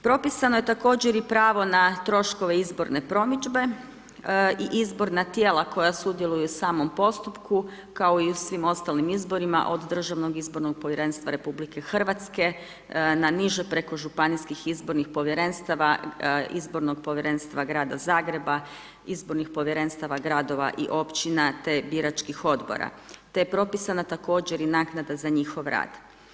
Propisano je također i pravo na troškove izborne promidžbe i izborna tijela koja sudjeluju u samom postupku kao i u svim ostalim izborima od DIP-a RH na niže preko županijskih izbornih povjerenstava, Izbornog povjerenstva grada Zagreba, izbornih povjerenstava gradova i općina te biračkih odbora te je propisana također i naknada za njih rad.